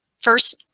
first